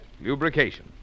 lubrication